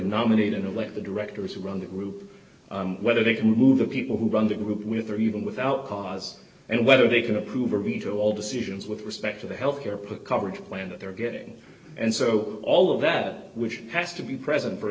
nominating a let the directors who run the group whether they can remove the people who run the group with or even without cause and whether they can approve or veto all decisions with respect to the health care per coverage plan that they are getting and so all of that which has to be present for